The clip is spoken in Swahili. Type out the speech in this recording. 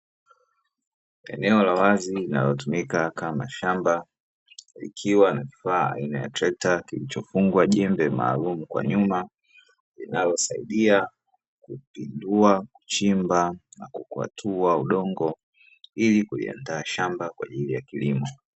Eneo la wazi linalotumika kama shamba likiwa na kifaa aina ya trekta kilichofungwa jembe maalumu kwa nyuma linalosaidia kupindua, kuchimba na kukwatua udongo ili kuliaandaa shamba kwa ajili ya kilimo.